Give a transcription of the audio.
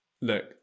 look